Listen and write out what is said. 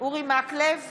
אינו נוכח אמיר אוחנה,